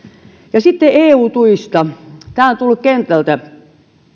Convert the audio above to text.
sitten eu tuista tämä on tullut kentältä